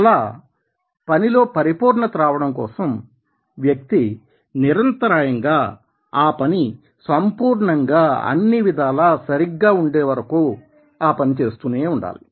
అలా పని లో పరిపూర్ణత రావడం కోసం వ్యక్తి నిరంతరాయంగా ఆ పని సంపూర్ణంగా అన్ని విధాలా సరిగ్గా ఉండేవరకు ఆ పని చేస్తూనే ఉండాలి